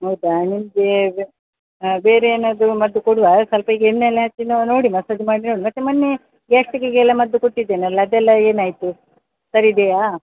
ಹೌದಾ ನಿಮಗೆ ಬೇರೆಯೇನಾದರೂ ಮದ್ದು ಕೊಡುವ ಸ್ವಲ್ಪ ಈಗ ಎಣ್ಣೆಯೆಲ್ಲ ಹಚ್ಚಿ ನೊ ನೋಡಿ ಮಸಾಜ್ ಮಾಡಿ ನೋಡಿ ಮತ್ತು ಮೊನ್ನೆ ಗ್ಯಾಸ್ಟ್ರಿಕಿಗೆಲ್ಲ ಮದ್ದು ಕೊಟ್ಟಿದ್ದೇನೆ ಅಲ್ಲ ಅದೆಲ್ಲ ಏನಾಯಿತು ಸರಿದೆಯಾ